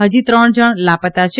ફજી ત્રણ જણ લાપતા છે